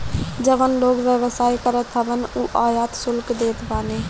जवन लोग व्यवसाय करत हवन उ आयात शुल्क देत बाने